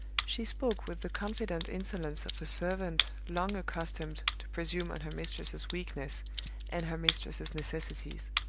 she spoke with the confident insolence of a servant long accustomed to presume on her mistress's weakness and her mistress's necessities.